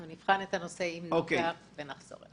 אנחנו נבחן את הנושא ונחזור אליכם.